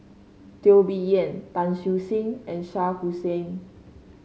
Teo Bee Yen Tan Siew Sin and Shah Hussain